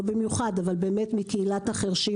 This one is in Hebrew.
מיוחדים מקהילת החירשים.